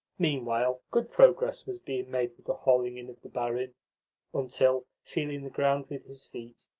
meanwhile good progress was being made with the hauling in of the barin until, feeling the ground with his feet,